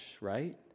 right